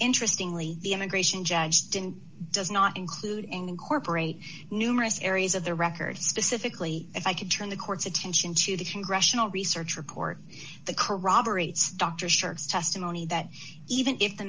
interesting lee the immigration judge didn't does not include and incorporate numerous areas of the record specifically if i could turn the court's attention to the congressional research report the corroborates dr shirks testimony that even if the